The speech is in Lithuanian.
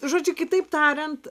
žodžiu kitaip tariant